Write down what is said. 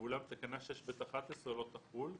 ואולם תקנה 6(ב)(11) לא תחול,